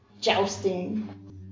jousting